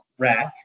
Rack